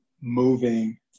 moving